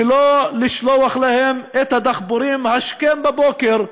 ולא לשלוח אליהם את הדחפורים השכם בבוקר,